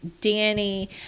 danny